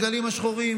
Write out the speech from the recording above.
הדגלים השחורים,